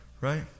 Right